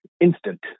instant